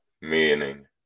meaning